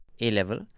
A-level